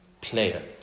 player